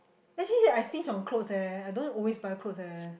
actually I stinge on clothes eh I don't always buy clothes eh